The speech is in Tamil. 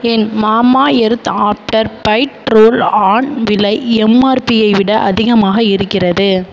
ஏன் Mamaearth after bite roll on விலை எம்ஆர்பியை விட அதிகமாக இருக்கிறது